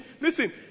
Listen